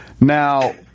Now